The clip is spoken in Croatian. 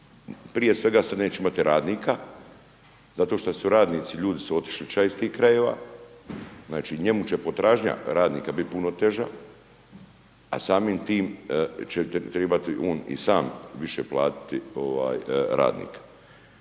prije svega se neće imati radnika, zato što su radnici ljudi su otišli ča iz tih krajeva, znači, njemu će potražnja radnika biti puno teža, a samim tim će te tribati on i sam više platiti ovaj, radnika.